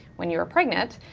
when you were pregnant.